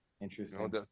interesting